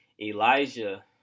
Elijah